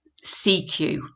CQ